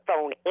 phone